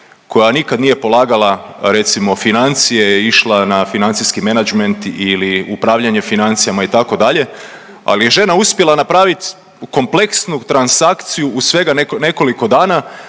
koja nikad nije polagala recimo financije i išla na financijski menadžment ili upravljanje financijama itd., ali je žena uspjela napravit kompleksnu transakciju u svega nekoliko dana